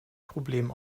problem